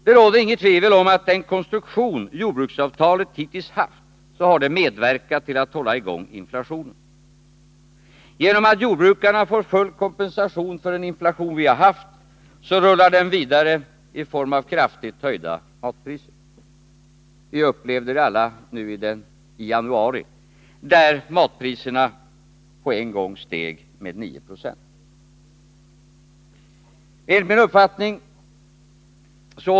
Det råder inget tvivel om att den konstruktion som jordbruksavtalet hittills haft har medverkat till att hålla i gång inflationen. Genom att jordbrukarna får full kompensation för den inflation vi har haft, så rullar denna vidare i form av kraftigt höjda matpriser. Det upplevde vi alla nui januari, då matpriserna på en gång steg med 9 26.